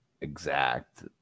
exact